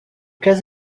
cas